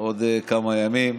בעוד כמה ימים.